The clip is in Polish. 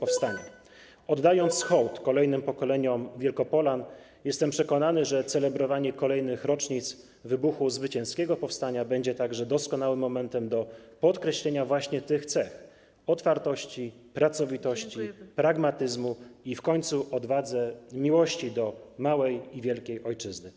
Oddając hołd kolejnym pokoleniom Wielkopolan, jestem przekonany, że celebrowanie kolejnych rocznic wybuchu zwycięskiego powstania będzie także doskonałym momentem do podkreślenia właśnie tych cech: otwartości, pracowitości, pragmatyzmu i w końcu odwagi w miłości do małej i wielkiej ojczyzny.